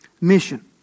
mission